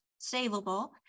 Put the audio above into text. saveable